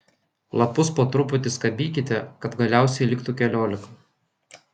lapus po truputį skabykite kad galiausiai liktų keliolika